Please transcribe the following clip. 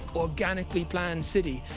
organically-planned city,